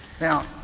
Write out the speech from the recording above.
Now